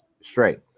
straight